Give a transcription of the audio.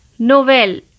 Novel